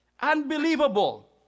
Unbelievable